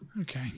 Okay